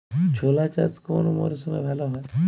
ছোলা চাষ কোন মরশুমে ভালো হয়?